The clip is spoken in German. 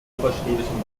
oberschwäbischen